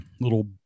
little